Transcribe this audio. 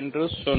என்று சொன்னோம்